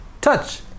touch